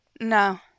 No